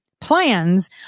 plans